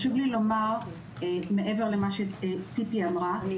מעבר למה שציפי אמרה,